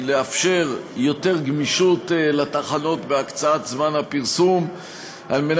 לאפשר יותר גמישות לתחנות בהקצאת זמן פרסום כדי